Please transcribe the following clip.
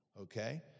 okay